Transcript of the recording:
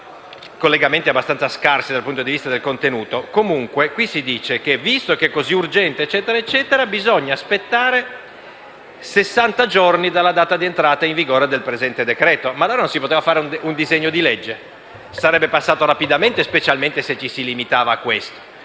con collegamenti abbastanza scarsi dal punto di vista del contenuto. Comunque qui si dice che, visto che è così urgente, e via dicendo, bisogna aspettare sessanta giorni dalla data di entrata in vigore del presente decreto-legge. Ma allora non si poteva fare un disegno di legge? Sarebbe passato rapidamente, specialmente se ci si limitava a questo.